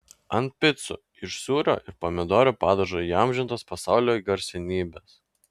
ant picų iš sūrio ir pomidorų padažo įamžintos pasaulio garsenybės